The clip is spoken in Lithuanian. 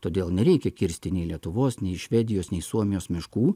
todėl nereikia kirsti nei lietuvos nei švedijos nei suomijos miškų